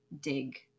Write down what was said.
dig